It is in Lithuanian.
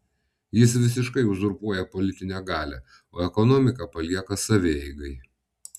jis visiškai uzurpuoja politinę galią o ekonomiką palieka savieigai